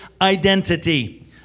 Identity